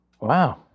Wow